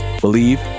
Believe